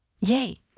Yay